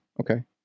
Okay